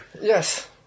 Yes